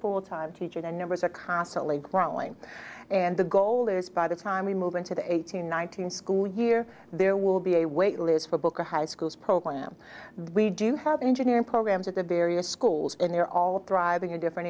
full time teacher the numbers are constantly growing and the goal is by the time we move into the eighteen nineteen school year there will be a wait list for book or high schools program we do have engineering programs at the various schools and they're all driving in different